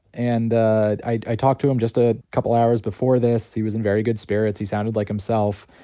and i talked to him just a couple hours before this, he was in very good spirits, he sounded like himself.